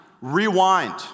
rewind